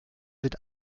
wird